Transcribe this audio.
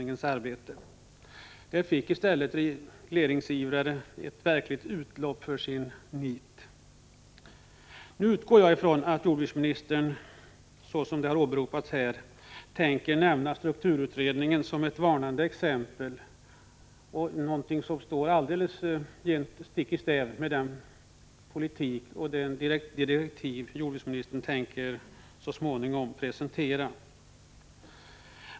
I den utredningen fick i stället regleringsivrare utlopp för sitt nit. Jag utgår nu från att jordbruksministern, när han här åberopar strukturutredningen, anför denna utredning som ett varnande exempel och nämner den därför att utredningens förslag går stick i stäv mot den politik och de direktiv som jordbruksministern så småningom tänker presentera.